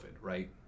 right